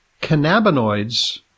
cannabinoids